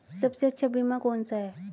सबसे अच्छा बीमा कौन सा है?